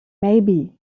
maybe